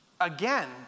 Again